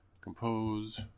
Compose